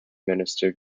minister